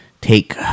take